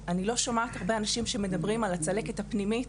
אני לא שומעת הרבה אנשים שמדברים על הצלקת הפנימית